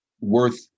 worth